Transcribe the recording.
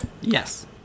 Yes